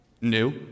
new